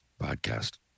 podcast